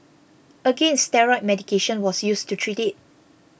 again steroid medication was used to treat it